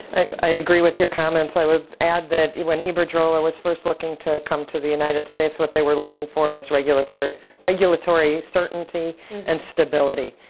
i agree with your comments. i would add that when iberdrolla was first looking to come to the united states, what they were looking for was regulatory regulatory certainty and stability.